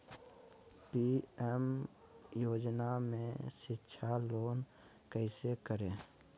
PM योजना में शिक्षा लोन कैसे करें?